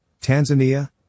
Tanzania